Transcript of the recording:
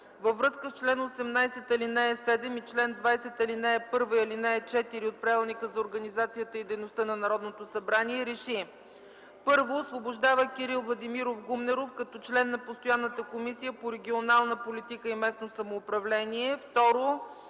във връзка с чл. 18, ал. 7 и чл. 20, ал. 1 и ал. 4 от Правилника за организацията и дейността на Народното събрание РЕШИ: 1. Освобождава Кирил Владимиров Гумнеров като член на Постоянната комисия по регионална политика и местно самоуправление. 2.